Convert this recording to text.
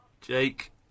Jake